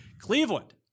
Cleveland